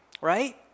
right